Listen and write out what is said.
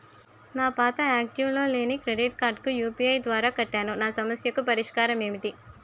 నా పాత యాక్టివ్ లో లేని క్రెడిట్ కార్డుకు యు.పి.ఐ ద్వారా కట్టాను నా సమస్యకు పరిష్కారం ఎంటి?